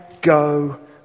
go